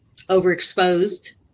overexposed